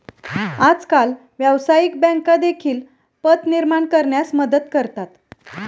आजकाल व्यवसायिक बँका देखील पत निर्माण करण्यास मदत करतात